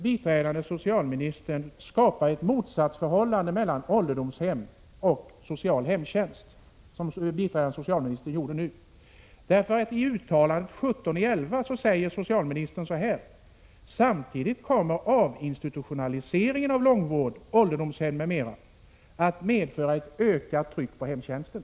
Biträdande socialministern skall inte skapa ett motsatsförhållande mellan ålderdomshem och social hemtjänst, som biträdande socialministern gjorde nu. I uttalandet den 17 november säger socialministern så här: Samtidigt kommer avinstitutionaliseringen av långvård, ålderdomshem m.m. att medföra ett ökat tryck på hemtjänsten.